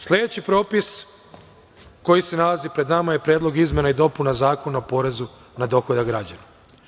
Sledeći propis koji se nalazi pred nama je Predlog izmena i dopuna Zakona o porezu na dohodak građana.